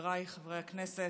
חבריי חברי הכנסת,